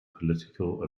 political